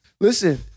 Listen